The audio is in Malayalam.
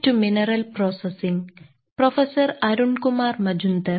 സ്വാഗതം